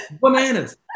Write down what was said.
Bananas